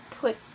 put